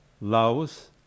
Laos